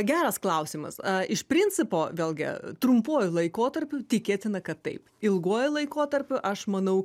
geras klausimas iš principo vėlgi trumpuoju laikotarpiu tikėtina kad taip ilguoju laikotarpiu aš manau